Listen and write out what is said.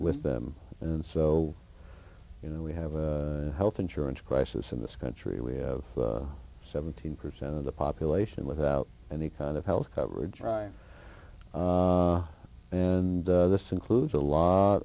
with them and so you know we have a health insurance crisis in this country we have seventeen percent of the population without any kind of health coverage and this includes a lot